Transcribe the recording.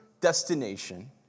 destination